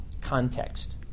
context